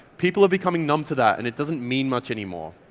people are becoming numb to that and it doesn't mean much anymore.